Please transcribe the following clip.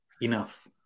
enough